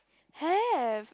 have